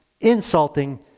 insulting